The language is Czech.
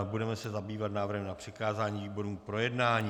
Budeme se zabývat návrhem na přikázání výborům k projednání.